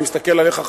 אני מסתכל עליך,